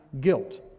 guilt